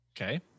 okay